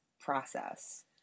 process